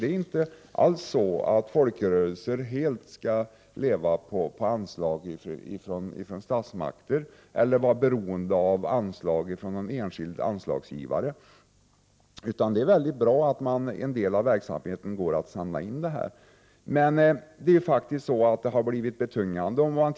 Det är inte alls så att folkrörelser helt skall leva på anslag från statsmakter eller vara beroende av anslag från enskilda anslagsgivare. Det är mycket bra att det går att på annat sätt samla in pengar till en del av verksamheten, men det har faktiskt blivit en betungande uppgift.